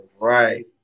right